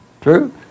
True